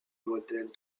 modèle